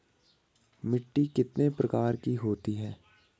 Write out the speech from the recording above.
मिट्टी कितने प्रकार की होती हैं?